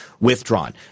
withdrawn